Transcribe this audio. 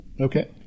okay